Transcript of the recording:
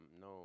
no